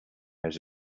his